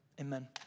amen